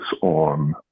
on